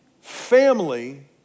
family